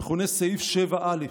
המכונה סעיף 7א,